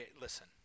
listen